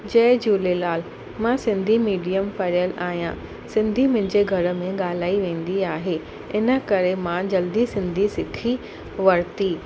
जय झूलेलाल मां सिंधी मीडियम पढ़ियल आहियां सिंधी मुंंहिंजे घर में ॻाल्हाइ वेंदी आहे इन करे मां जल्दी सिंधी सिखी वरिती